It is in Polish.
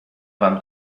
wam